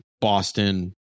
Boston